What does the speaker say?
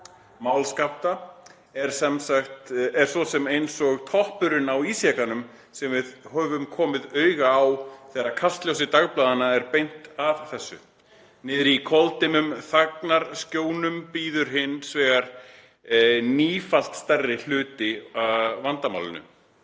Mál Skafta er svosem einsog toppurinn á ísjakanum sem við höfum komið auga á þegar kastljósi dagblaðanna er beint að þessu. Niðrí koldimmum þagnarsjónum bíður hins vegar nífalt stærri hluti af vandamálinu.